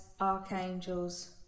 archangels